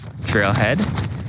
Trailhead